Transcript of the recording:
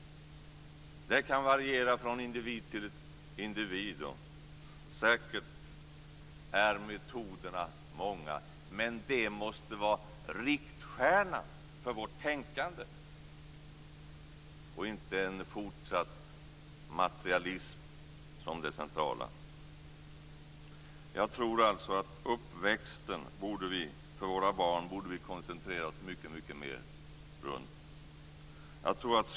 Det kan variera från individ till individ. Säkert är metoderna många, men detta måste vara riktstjärnan för vårt tänkande och inte en fortsatt materialism som det centrala. Jag tror alltså att vi borde koncentrera oss mycket mer kring våra barns uppväxt.